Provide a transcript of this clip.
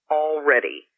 already